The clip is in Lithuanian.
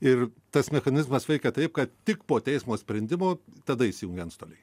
ir tas mechanizmas veikia taip kad tik po teismo sprendimo tada įsijungia antstoliai